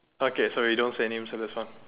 okay so we don't say any names for this one